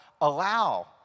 allow